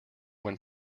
when